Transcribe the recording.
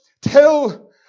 till